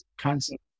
concept